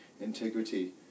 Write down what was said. integrity